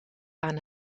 aan